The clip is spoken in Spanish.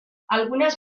algunas